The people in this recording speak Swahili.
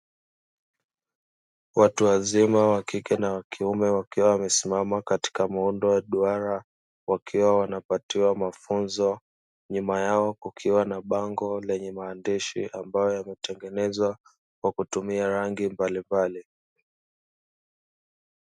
Watu wazima wakike na wa kiume wakiwa wamesimama katika muundo wa duara wakiwa wanapatiwa mafunzo, nyuma yao kukiwa na bango lenye maandishi ambayo yametengenezwa kwa kutumia rangi mbalimbali.